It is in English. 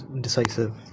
decisive